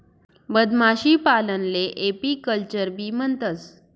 मधमाशीपालनले एपीकल्चरबी म्हणतंस